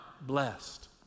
blessed